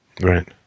Right